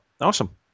Awesome